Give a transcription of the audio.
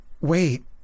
wait